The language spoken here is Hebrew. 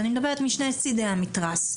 אני מדברת משני צדי המתרס.